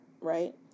Right